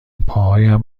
پاهایم